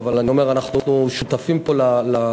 אבל אני אומר שאנחנו שותפים פה לתכלית.